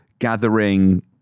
gathering